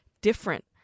different